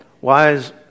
wise